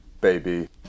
baby